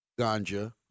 ganja